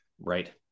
Right